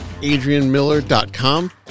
AdrianMiller.com